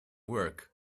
work